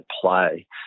play